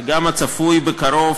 וגם הצפוי בקרוב,